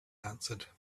answered